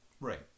Right